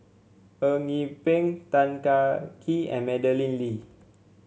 Eng Yee Peng Tan Kah Kee and Madeleine Lee